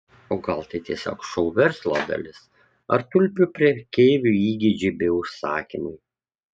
o gal tai tiesiog šou verslo dalis ar tulpių prekeivių įgeidžiai bei užsakymai